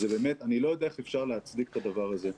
באמת אני לא יודע איך אפשר להצדיק את הדבר הזה.